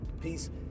Peace